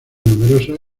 numerosa